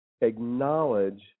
acknowledge